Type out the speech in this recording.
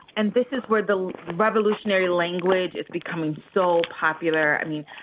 and this is where the revolutionary language is becoming so popular. i mean,